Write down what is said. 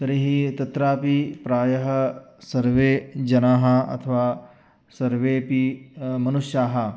तर्हि तत्रापि प्रायः सर्वे जनाः अथवा सर्वेऽपि मनुष्याः